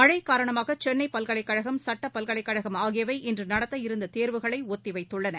மழை காரணமாக சென்னைப் பல்கலைக்கழகம் சட்டப்பல்கலைக்கழகம் ஆகியவை இன்று நடத்த இருந்த தேர்வுகளை ஒத்தி வைத்துள்ளன